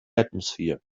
atmosphere